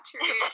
true